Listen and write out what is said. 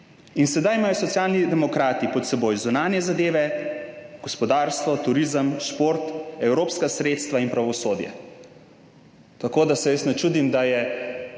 In sedaj imajo Socialni demokrati pod seboj zunanje zadeve, gospodarstvo, turizem, šport, evropska sredstva in pravosodje. Tako da, se jaz ne čudim, da je